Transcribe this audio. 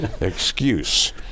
excuse